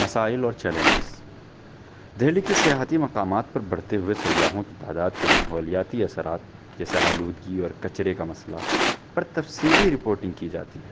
مسائل اور چیلنجیز دہلی کے سیاحتی مقامات پر بڑھتے ہوئے سیاحوں کی تعداد کے ماحولیاتی اثرات جیسے آلودگی اور کچڑے کا مسئلہ پر تفصیلی رپوٹنگ کی جاتی ہے